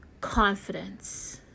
confidence